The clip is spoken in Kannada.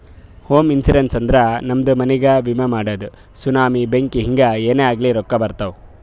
ಹೋಮ ಇನ್ಸೂರೆನ್ಸ್ ಅಂದುರ್ ನಮ್ದು ಮನಿಗ್ಗ ವಿಮೆ ಮಾಡದು ಸುನಾಮಿ, ಬೆಂಕಿ ಹಿಂಗೆ ಏನೇ ಆಗ್ಲಿ ರೊಕ್ಕಾ ಬರ್ತಾವ್